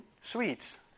Sweets